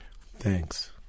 Thanks